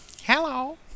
Hello